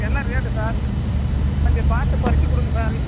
என்ன rate sir கொஞ்சம் பார்த்து குறைச்சிக் கொடுங்க சார்